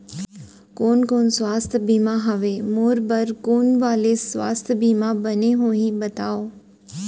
कोन कोन स्वास्थ्य बीमा हवे, मोर बर कोन वाले स्वास्थ बीमा बने होही बताव?